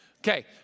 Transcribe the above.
Okay